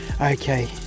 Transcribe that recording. okay